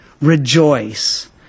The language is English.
rejoice